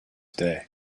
day